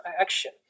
action